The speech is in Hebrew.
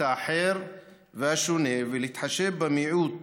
לקבל את האחר והשונה ולהתחשב במיעוט.